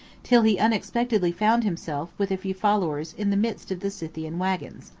till he unexpectedly found himself, with a few followers, in the midst of the scythian wagons.